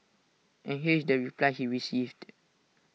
and here is the reply he received